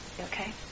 Okay